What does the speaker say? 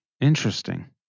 Interesting